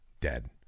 dead